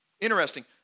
Interesting